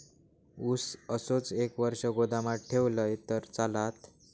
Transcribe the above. ऊस असोच एक वर्ष गोदामात ठेवलंय तर चालात?